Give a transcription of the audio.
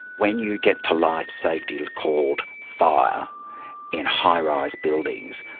when you get to life safety like called fire in high-rise buildings,